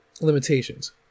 limitations